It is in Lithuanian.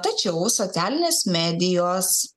tačiau socialinės medijos